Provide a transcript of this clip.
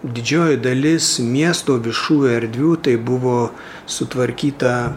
didžioji dalis miesto viešų erdvių tai buvo sutvarkyta